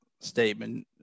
statement